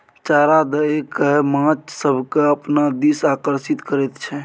चारा दए कय माछ सभकेँ अपना दिस आकर्षित करैत छै